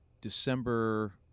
December